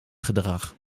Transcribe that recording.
gedrag